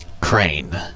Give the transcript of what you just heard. crane